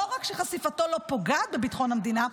חשיפתו לא רק שהיא לא פוגעת בביטחון המדינה,